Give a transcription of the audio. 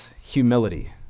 humility